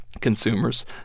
consumers